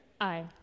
Aye